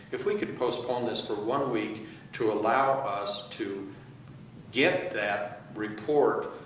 if we could postpone this for one week to allow us to get that report,